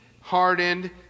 hardened